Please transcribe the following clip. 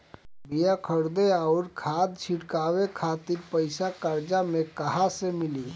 बीया खरीदे आउर खाद छिटवावे खातिर पईसा कर्जा मे कहाँसे मिली?